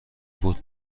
بود